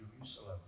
Jerusalem